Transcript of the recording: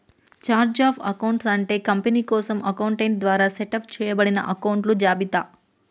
chart of accounts అంటే company కోసం accountant ద్వారా సెటప్ చేయబడిన అకొంట్ల జాబితా